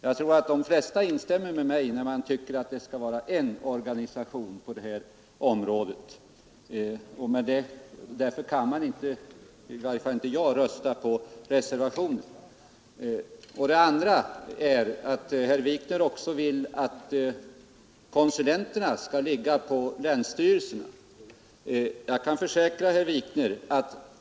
Jag tror att de flesta instämmer med mig om att det bör vara en organisation på det här området. Därför kan i varje fall inte jag rösta på reservationen. Vidare vill herr Wikner att konsulenterna skall vara anställda hos länsstyrelserna.